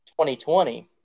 2020